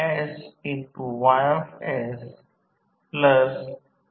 तर स्वाभाविकच VA auto 2 winding transformer च्या VA पेक्षा अधिक असेल